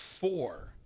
four